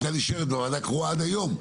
הייתה נשארת בוועדה קרואה עד היום,